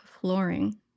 flooring